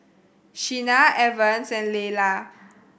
Sheena Evans and Layla